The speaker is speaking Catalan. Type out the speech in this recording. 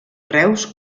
reus